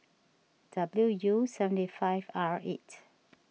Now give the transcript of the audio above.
W U seventy five R eight